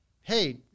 hey